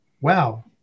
wow